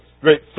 great